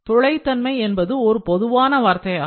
துளை தன்மை என்பது ஒரு பொதுவான வார்த்தையாகும்